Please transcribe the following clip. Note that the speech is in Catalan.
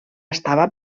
estava